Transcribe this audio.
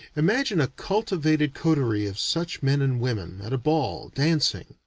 imagine a cultivated coterie of such men and women, at a ball, dancing.